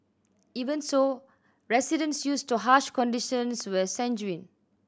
even so residents used to harsh conditions were sanguine